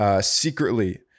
secretly